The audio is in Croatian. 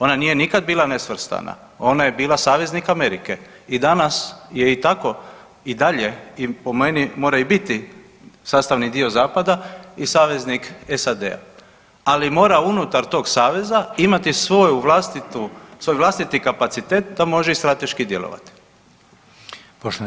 Ona nije nikad bila nesvrstana, ona je bila saveznik Amerike i danas je i tako i dalje po meni mora i biti sastavni dio zapada i saveznik SAD-a, ali mora unutar tog saveza imati svoju vlastitu, svoj vlastiti kapacitet da može i strateški djelovati.